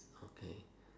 okay